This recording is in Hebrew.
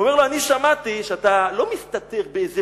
הוא אומר לו: אני שמעתי שאתה לא מסתתר באיזו